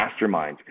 masterminds